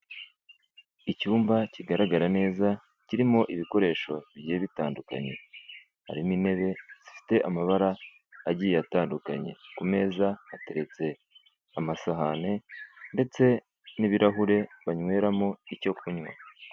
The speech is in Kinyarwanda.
Icyumba kigaragara neza, kirimo ibikoresho bigiye bitandukanye, harimo intebe zifite amabara agiye atandukanye, ku meza hateretse amasahane ndetse n'ibirahure banyweramo icyo kunywa.